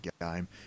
game